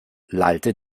lallte